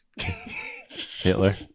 Hitler